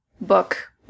book